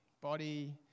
body